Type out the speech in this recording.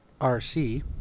rc